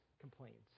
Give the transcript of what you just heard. complaints